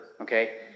Okay